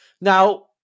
Now